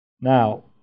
now